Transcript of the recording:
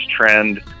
trend